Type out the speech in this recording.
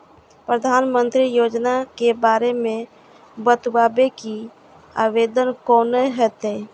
प्रधानमंत्री योजना के बारे मे बताबु की आवेदन कोना हेतै?